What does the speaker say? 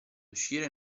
uscire